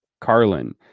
Carlin